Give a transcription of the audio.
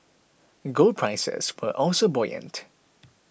gold prices were also buoyant